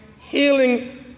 healing